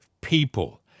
people